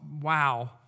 wow